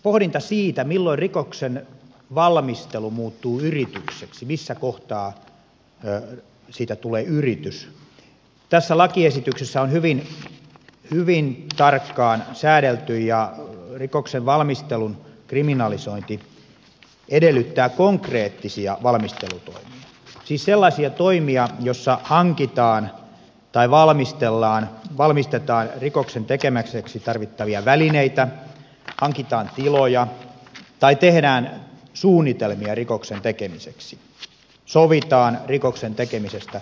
pohdinta siitä milloin rikoksen valmistelu muuttuu yritykseksi missä kohtaa siitä tulee yritys on tässä lakiesityksessä hyvin tarkkaan säädelty ja rikoksen valmistelun kriminalisointi edellyttää konkreettisia valmistelutoimia siis sellaisia toimia joissa hankitaan tai valmistetaan rikoksen tekemiseksi tarvittavia välineitä hankitaan tiloja tai tehdään suunnitelmia rikoksen tekemiseksi sovitaan rikoksen tekemisestä rikoskumppanin kanssa